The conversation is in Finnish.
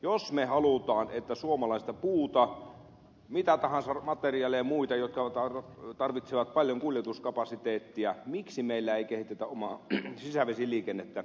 jos me haluamme että suomalaista puuta mitä tahansa muuta materiaalia joka tarvitsee paljon kuljetuskapasiteettia kuljetetaan miksi meillä ei kehitetä omaa sisävesiliikennettä